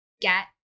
get